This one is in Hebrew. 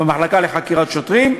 במחלקה לחקירות שוטרים,